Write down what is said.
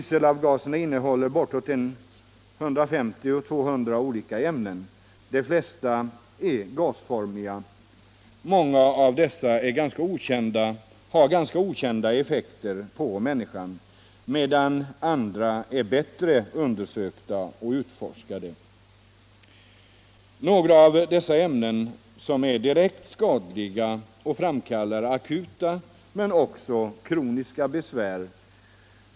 Dieselavgaserna innehåller bortåt 150-200 olika ämnen. De flesta är gasformiga. Många' av dessa har ganska okända effekter på miinniskan, medan andra är bättre undersökta och utforskade. Några av dessa ämnen är direkt skadliga och framkallar akuta — men också kroniska — besvär.